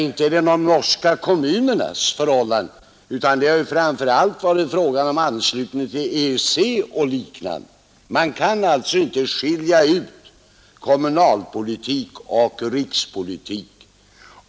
Inte är det de norska kommunernas förhållanden, utan framför allt har det varit frågan om anslutningen till EEC och liknande frågor. Man kan alltså inte skilja ut kommunalpolitiken från rikspolitiken.